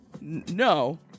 no